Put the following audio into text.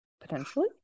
Potentially